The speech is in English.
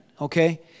Okay